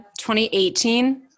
2018